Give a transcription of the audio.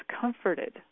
comforted